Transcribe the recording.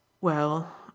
Well